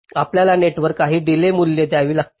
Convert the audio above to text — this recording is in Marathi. आपल्याला नेटवर काही डीलेय मूल्ये द्यावी लागतील